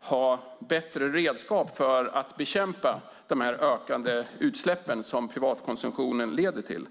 ha bättre redskap för att bekämpa de ökande utsläppen som privatkonsumtionen leder till.